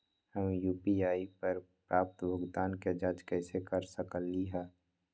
हम यू.पी.आई पर प्राप्त भुगतान के जाँच कैसे कर सकली ह?